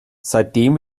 seitdem